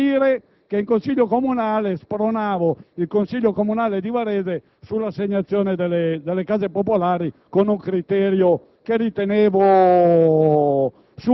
Mi ero limitato a dire che volevo che il Consiglio comunale si dotasse un nuovo Regolamento per l'assegnazione delle case popolari,